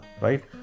right